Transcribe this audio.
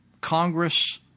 Congress